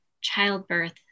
childbirth